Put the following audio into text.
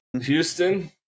Houston